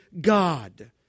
God